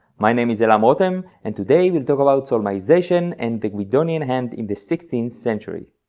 my name is elam rotem, and today we'll talk about solmization and the guidonian hand in the sixteenth century